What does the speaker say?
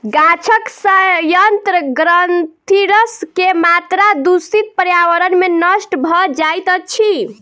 गाछक सयंत्र ग्रंथिरस के मात्रा दूषित पर्यावरण में नष्ट भ जाइत अछि